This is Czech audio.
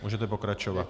Můžete pokračovat.